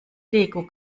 lego